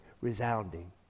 resounding